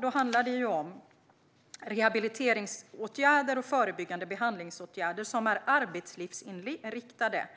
Det handlar om rehabiliteringsåtgärder och förebyggande behandlingsåtgärder som är arbetslivsinriktade